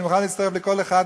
ואני מוכן להצטרף לכל אחד,